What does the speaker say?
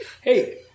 Hey